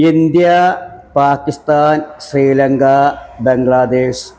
India Pakistan Sri Lanka Bangladesh